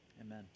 Amen